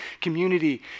community